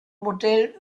modell